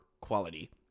quality